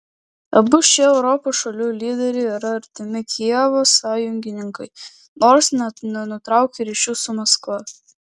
abu šie europos šalių lyderiai yra artimi kijevo sąjungininkai nors nenutraukia ryšių su maskva